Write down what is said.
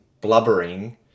blubbering